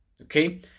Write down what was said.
okay